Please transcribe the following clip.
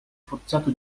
forzato